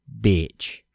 bitch